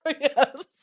Yes